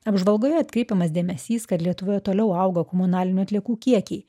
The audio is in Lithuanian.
apžvalgoje atkreipiamas dėmesys kad lietuvoje toliau auga komunalinių atliekų kiekiai